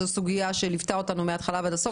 זו סוגיה שליוותה אותנו מהתחלה ועד הסוף.